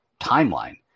timeline